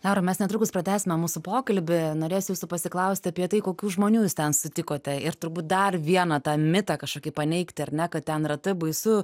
laura mes netrukus pratęsime mūsų pokalbį norėsiu jūsų pasiklausti apie tai kokių žmonių jūs ten sutikote ir turbūt dar vieną tą mitą kažkokį paneigti ar ne kad ten yra taip baisu